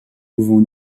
pouvons